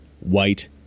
white